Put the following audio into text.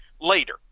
later